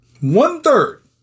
One-third